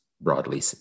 broadly